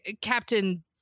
Captain